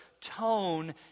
tone